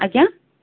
ଆଜ୍ଞା